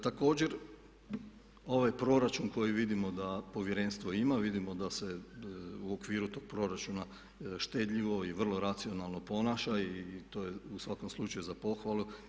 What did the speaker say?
Također, ovaj proračun koji vidimo da povjerenstvo ima vidimo da se u okviru tog proračuna štedljivo i vrlo racionalno ponaša i to je u svakom slučaju za pohvalu.